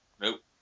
Nope